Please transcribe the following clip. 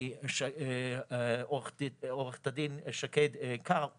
עו"ד שקד קרפ